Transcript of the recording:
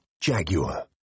Jaguar